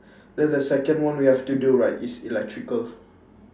then the second one we have to do right is electrical